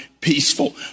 peaceful